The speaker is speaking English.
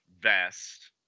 vest